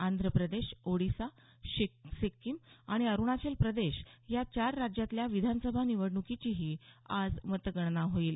आंध्रप्रदेश ओडिसा सिक्किम आणि अरूणाचल प्रदेश या चार राज्यातल्या विधानसभा निवडणुकीचीही आज मतगणना होईल